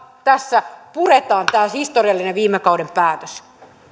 tässä puretaan tämä historiallinen viime kauden päätös